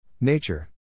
Nature